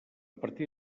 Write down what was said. partir